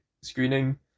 screening